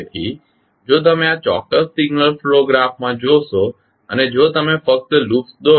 તેથી જો તમે આ ચોક્કસ સિગ્નલ ફ્લો ગ્રાફમાં જોશો અને જો તમે ફક્ત લૂપ્સ દોરો